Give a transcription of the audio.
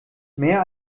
mehr